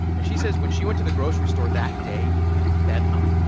and she says when she went to the grocery store that day, it was bedlam.